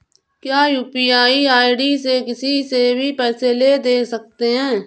क्या UPI ID से किसी से भी पैसे ले दे सकते हैं?